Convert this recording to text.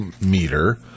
meter